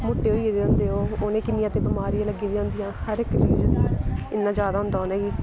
मुट्टे होई गेदे होंदे ओह् उ'नेंगी किन्नियां ते बमारियां लग्गी दियां होंदियां हर इक चीज़ इन्ना ज्यादा होंदा उ'नेंगी